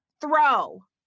throw